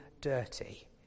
dirty